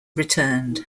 returned